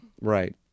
Right